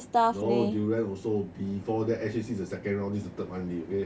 no durian also before that actually since the second round this is third one already okay